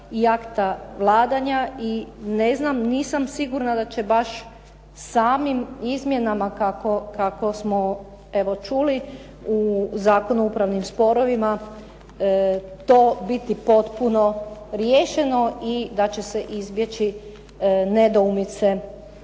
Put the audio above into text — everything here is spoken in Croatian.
i akta vladanja i ne znam, nisam sigurna da će baš samim izmjenama kako smo evo čuli u Zakonu o upravnim sporovima to biti potpuno riješeno i da će se izbjeći nedoumice